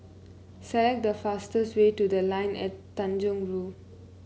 select the fastest way to The Line at Tanjong Rhu